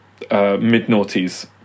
mid-noughties